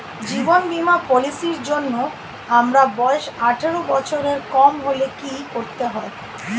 জীবন বীমা পলিসি র জন্যে আমার বয়স আঠারো বছরের কম হলে কি করতে হয়?